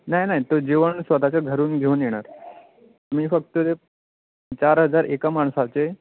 नाही नाही तो जेवण स्वत च्या घरून घेऊन येणार तुम्ही फक्त ते चार हजार एका माणसाचे